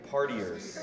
Partiers